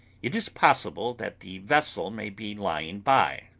it is possible that the vessel may be lying by,